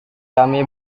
kami